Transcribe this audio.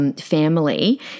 family